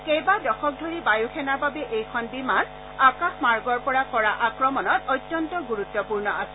কেইবা দশক ধৰি বায়ু সেনাৰ বাবে এইখন বিমান আকাশমাৰ্গৰ পৰা কৰা আক্ৰমণত অত্যন্ত গুৰুত্বপূৰ্ণ আছিল